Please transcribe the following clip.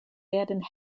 werden